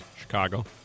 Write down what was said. Chicago